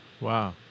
Wow